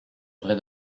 vrai